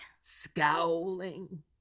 scowling